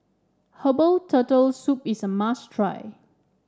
Herbal Turtle Soup is a must try